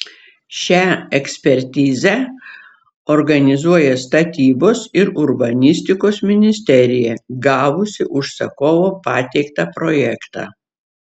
šią ekspertizę organizuoja statybos ir urbanistikos ministerija gavusi užsakovo pateiktą projektą